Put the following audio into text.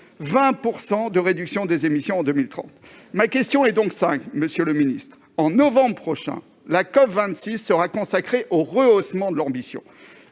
20 % de réduction des émissions en 2030. Ma question est donc simple. Au mois de novembre prochain, la COP26 sera consacrée au rehaussement de l'ambition.